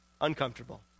uncomfortable